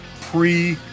pre